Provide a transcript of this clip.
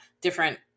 different